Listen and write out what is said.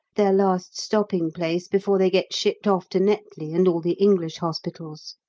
their last stopping-place before they get shipped off to netley and all the english hospitals.